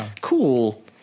cool